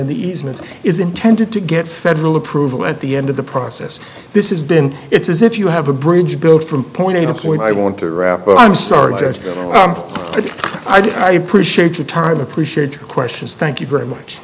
in the easement is intended to get federal approval at the end of the process this is been it's as if you have a bridge built from point a to point i want to wrap but i'm sorry but i do appreciate your time appreciate your questions thank you very much